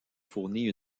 fourni